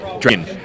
Drain